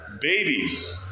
babies